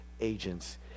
agents